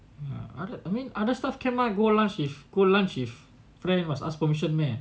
ya I mean other stuff can mah go lunch if go lunch if friend must ask permission meh